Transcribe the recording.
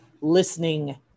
listening